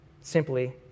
Simply